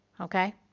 Okay